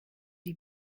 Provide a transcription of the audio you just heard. die